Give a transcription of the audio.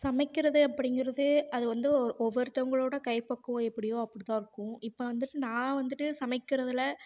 சமைக்கிறது அப்படிங்குறது அது வந்து ஒவ்வொருத்தவர்களோட கைப்பக்குவம் எப்படியோ அப்டித்தானிருக்கும் இப்போ வந்துட்டு நான் வந்துட்டு சமைக்கிறதுல